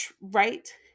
right